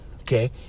okay